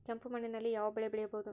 ಕೆಂಪು ಮಣ್ಣಿನಲ್ಲಿ ಯಾವ ಬೆಳೆ ಬೆಳೆಯಬಹುದು?